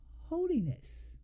holiness